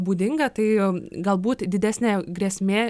būdinga tai galbūt didesnė grėsmė